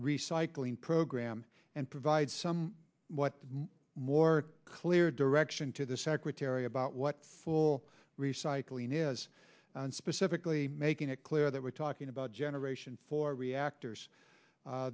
recycling program and provide some what more clear direction to the secretary about what full recycling is specifically making it clear that we're talking about generation four reactors